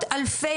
עזיזה,